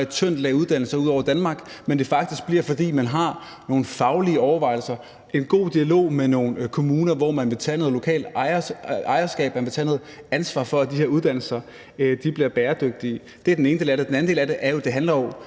et tyndt lag uddannelser ud over Danmark, men at det faktisk bliver, fordi man har nogle faglige overvejelser, en god dialog med nogle kommuner, hvor de vil tage noget lokalt ejerskab, hvor man vil tage noget ansvar for, at de her uddannelser bliver bæredygtige. Det er den ene del af det. Den anden del af det er jo selvfølgelig,